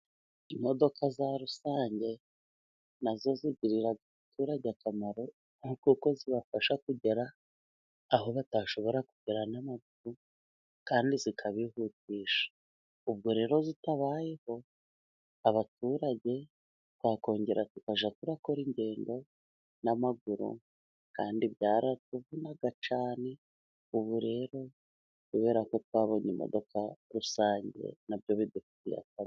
Imodoka za rusange，nazo zigirira abaturage akamaro， kuko zibafasha kugera aho batashobora kugera n'amaguru，kandi zikabihutisha. Ubwo rero zitabayeho， abaturage twakongera tukajya kurakora ingendo n'amaguru， kandi byaratuvunaga cyane， ubu rero kubera ko twabonye imodoka rusange， nabyo bidufitiye akamaro.